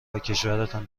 وکشورتان